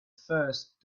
first